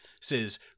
says